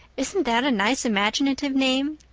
isn't that a nice imaginative name?